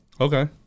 Okay